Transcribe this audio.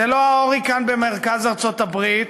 זה לא ההוריקן במרכז ארצות-הברית.